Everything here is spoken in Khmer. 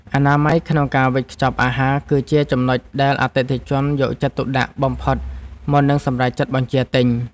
អនាម័យក្នុងការវេចខ្ចប់អាហារ គឺជាចំណុចដែលអតិថិជនយកចិត្តទុកដាក់បំផុតមុននឹងសម្រេចចិត្តបញ្ជាទិញ។